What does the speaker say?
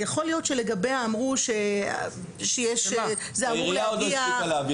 יכול להיות שלגביה אמרו שזה אמור להגיע,